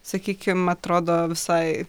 sakykim atrodo visai